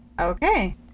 Okay